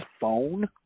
phone